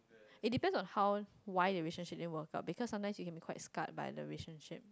is depends on how why the relationship then worse up because sometimes you have been quite scarred by the relationship